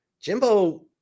Jimbo